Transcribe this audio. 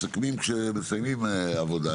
מסכמים כשמסיימים עבודה,